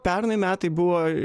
pernai metai buvo